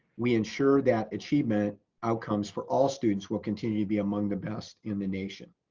we ensure that achievement outcomes for all students will continue to be among the best in the nation.